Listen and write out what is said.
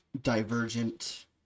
divergent